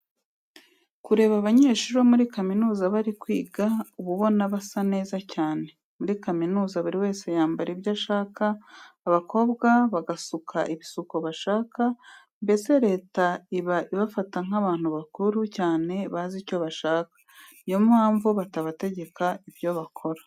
Kureba abanyeshuri bo muri kaminuza bari kwiga uba ubona basa neza cyane. Muri kaminuza buri wese yambara ibyo ashaka, abakobwa bagasuka ibisuko bashaka, mbese leta iba ibafata nk'abantu bakuru cyane bazi icyo bashaka, ni yo mpamvu batabategeka ibyo bakora.